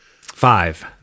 Five